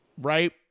Right